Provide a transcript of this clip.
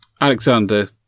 Alexander